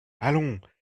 allons